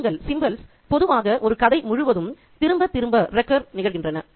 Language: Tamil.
சின்னங்கள் பொதுவாக ஒரு கதை முழுவதும் திரும்பத் திரும்ப நிகழ்கின்றன